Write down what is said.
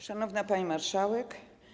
Szanowna Pani Marszałek!